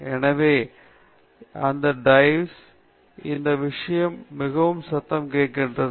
எனவே அது dives TVS மற்றும் இந்த விஷயம் இது மிகவும் சிறிய சத்தம் செய்கிறது